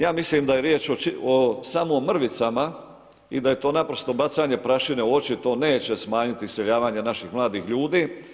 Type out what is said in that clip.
Ja mislim da je riječ o samo mrvicama i da je to naprosto bacanje prašine u oči, to neće smanjiti iseljavanje naših mladih ljudi.